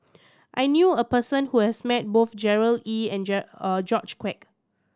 I knew a person who has met both Gerard Ee and George Quek